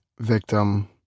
victim